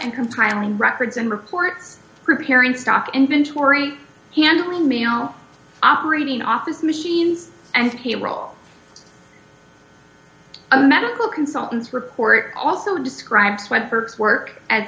and compiling records and reports preparing stock inventory handling me all operating office machines and payroll of medical consultants report also describes what hurts work a